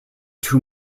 two